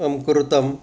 कृतम्